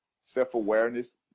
self-awareness